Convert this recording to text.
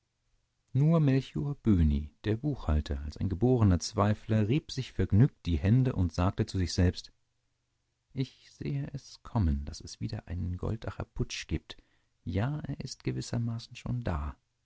nur melcher böhni der buchhalter als ein geborener zweifler rieb sich vergnügt die hände und sagte zu sich selbst ich sehe es kommen daß es wieder einen goldacher putsch gibt ja er ist gewissermaßen schon da